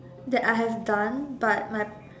that I have done but my